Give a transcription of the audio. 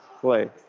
play